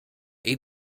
ate